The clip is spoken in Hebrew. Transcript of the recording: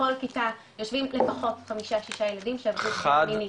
בכל כיתה יושבים לפחות חמישה ששה ילדים שעברו פגיעה מינית.